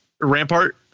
Rampart